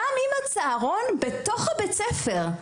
גם אם הצהרון בתוך בית הספר,